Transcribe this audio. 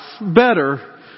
better